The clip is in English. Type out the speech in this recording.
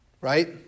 Right